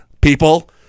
people